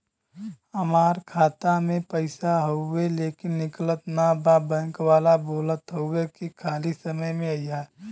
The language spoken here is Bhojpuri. हमार खाता में पैसा हवुवे लेकिन निकलत ना बा बैंक वाला बोलत हऊवे की खाली समय में अईहा